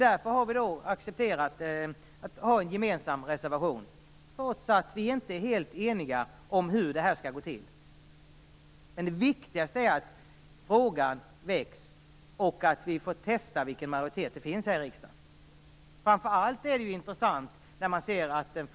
Därför har vi accepterat att avge en gemensam reservation, trots att det inte råder total enighet om hur det skall gå till. Men det viktigaste är att frågan väcks och att man får testa vilken majoritet det finns här i riksdagen för ett slopande av sambeskattningen.